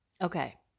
Okay